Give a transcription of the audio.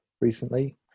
recently